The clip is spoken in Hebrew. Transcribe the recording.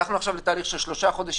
נניח והלכנו עכשיו לתהליך של שלושה חודשים,